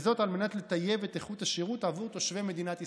וזאת על מנת לטייב את איכות השירות עבור תושבי מדינת ישראל.